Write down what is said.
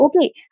Okay